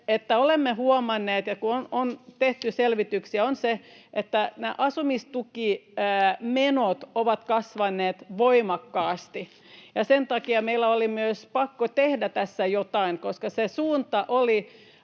olemme huomanneet, kun on tehty selvityksiä, että asumistukimenot ovat kasvaneet voimakkaasti. Sen takia meidän oli myös pakko tehdä tässä jotain, koska se suunta oli